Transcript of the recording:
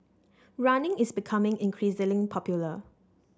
running is becoming increasingly popular